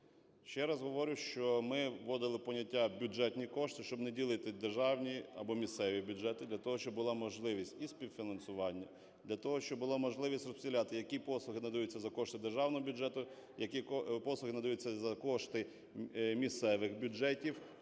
Ще раз говорю, що ми вводили поняття "бюджетні кошти", щоб не ділити державні або місцеві бюджети, для того щоб була можливість і співфінансування, для того щоб була можливість розподіляти, які послуги надаються за кошти державного бюджету, які послуги надаються за кошти місцевих бюджетів.